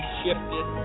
shifted